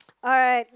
alright